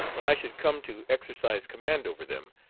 when i should come to exercise command over them,